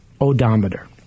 odometer